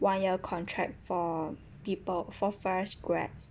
one year contract for people for fresh grads